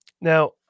Now